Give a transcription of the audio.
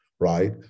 right